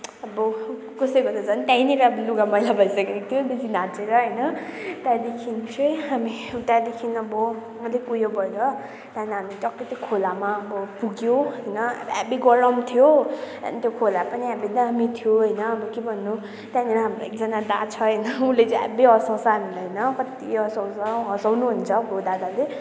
अब कसैको त झन त्यहीँनिर अब लुगा मैला भैसकेको थियो बेसी नाचेर होइन त्यहाँदेखि चाहिँ हामी त्यहाँदेखि अब अलिक उयो भएर त्यहाँन हामी टक्कै त्यो खोलामा अब पुगियो होइन हेभी गरम थियो त्यहाँन त्यो खोला पनि दामी थियो होइन अब के भन्नु त्यहाँनिर हाम्रो एकजना दा छ होइन उसले चाहिँ हेभी हसाउँछ हामीलाई होइन कति हँसाउँछ हँसाउनुहुन्छ अब दादाले